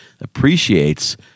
appreciates